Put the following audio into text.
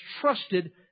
trusted